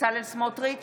בצלאל סמוטריץ'